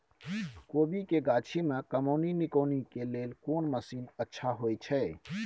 कोबी के गाछी में कमोनी निकौनी के लेल कोन मसीन अच्छा होय छै?